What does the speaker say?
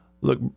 Look